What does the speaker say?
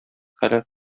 һәлак